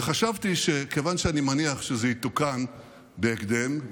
וחשבתי שכיוון שאני מניח שזה יתוקן בהקדם,